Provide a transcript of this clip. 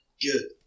Good